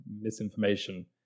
misinformation